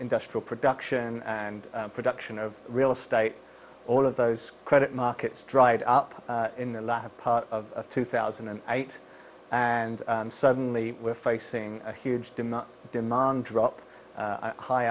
industrial production and production of real estate all of those credit markets dried up in the latter part of two thousand and eight and suddenly we're facing a huge demand demand drop high